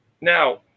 now